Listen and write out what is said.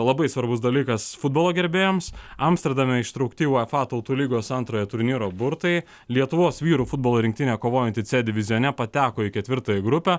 labai svarbus dalykas futbolo gerbėjams amsterdame ištraukti uefa tautų lygos antrojo turnyro burtai lietuvos vyrų futbolo rinktinė kovojanti c divizione pateko į ketvirtąją grupę